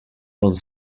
one